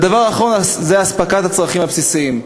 הדבר האחרון, אספקת הצרכים הבסיסיים.